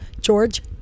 george